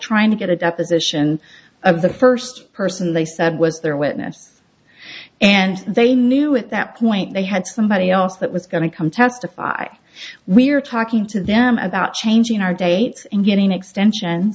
trying to get a deposition of the first person they said was their witness and they knew at that point they had somebody else that was going to come testify we're talking to them about changing our dates and getting extension